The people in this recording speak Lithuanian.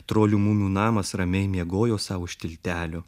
trolių mumių namas ramiai miegojo sau už tiltelio